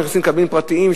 נכנסים קבלנים פרטיים,